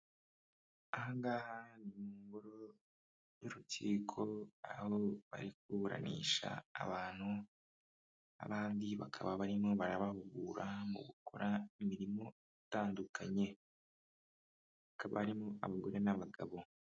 Aha ngaha ni mu ngoro y'urukiko, aho bari kuburanisha abantu, abandi bakaba barimo barabahugura mu gukora imirimo itandukanye, hakaba harimo abagore n'abagabo.